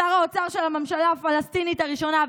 שר האוצר של הממשלה הפלסטינית הראשונה,